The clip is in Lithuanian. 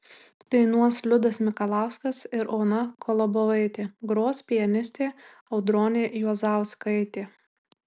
dainuos liudas mikalauskas ir ona kolobovaitė gros pianistė audronė juozauskaitė